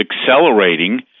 accelerating